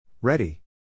Ready